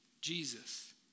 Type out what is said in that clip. Jesus